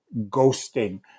ghosting